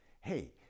Hey